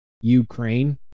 Ukraine